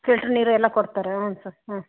filter ನೀರು ಎಲ್ಲ ಕೊಡ್ತಾರಾ ಹಾಂ ಸರ್ ಹಾಂ